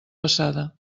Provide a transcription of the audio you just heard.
passada